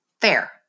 Fair